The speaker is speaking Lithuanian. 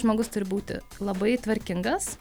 žmogus turi būti labai tvarkingas